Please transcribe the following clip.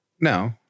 No